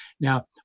Now